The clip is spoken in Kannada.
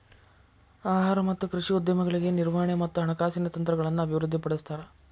ಆಹಾರ ಮತ್ತ ಕೃಷಿ ಉದ್ಯಮಗಳಿಗೆ ನಿರ್ವಹಣೆ ಮತ್ತ ಹಣಕಾಸಿನ ತಂತ್ರಗಳನ್ನ ಅಭಿವೃದ್ಧಿಪಡಿಸ್ತಾರ